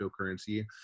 cryptocurrency